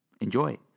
Enjoy